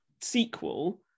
sequel